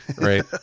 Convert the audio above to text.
right